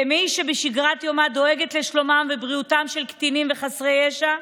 כמי שבשגרת יומה דואגת לשלומם ולבריאותם של קטינים וחסרי ישע,